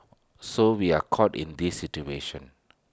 so we are caught in this situation